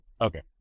okay